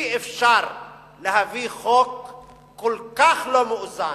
אי-אפשר להביא חוק כל כך לא מאוזן,